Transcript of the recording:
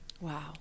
Wow